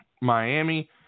Miami